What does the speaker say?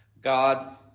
God